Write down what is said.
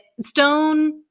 Stone